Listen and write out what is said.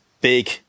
big